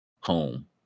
home